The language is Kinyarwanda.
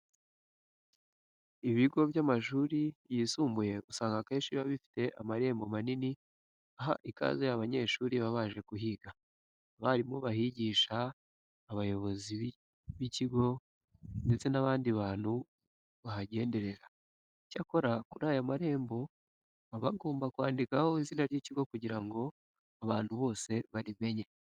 Ibigo by'amashuri yisumbuye usanga akenshi biba bifite amarembo manini aha ikaze abanyeshuri baba baje kuhiga, abarimu bahigisha, abayobozi b'ikigo ndetse n'abandi bantu bahagenderera. Icyakora kuri aya marembo baba bagomba kwandikaho izina ry'ikigo kugira ngo abantu bose barimenye.